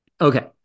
Okay